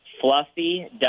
Fluffy